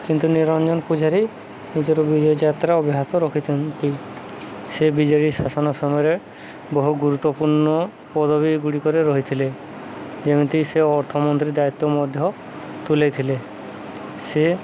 କିନ୍ତୁ ନିରଞ୍ଜନ ପୂଜାରୀ ନିଜର ବିଜୟ ଯାତ୍ରା ଅବ୍ୟାହତ ରଖିଛାନ୍ତି ସେ ବିଜେଡ଼ି ଶାସନ ସମୟରେ ବହୁ ଗୁରୁତ୍ୱପୂର୍ଣ୍ଣ ପଦବୀଗୁଡ଼ିକରେ ରହିଥିଲେ ଯେମିତି ସେ ଅର୍ଥମନ୍ତ୍ରୀ ଦାୟିତ୍ୱ ମଧ୍ୟ ତୁଲେଇଥିଲେ ସେ